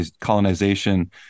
colonization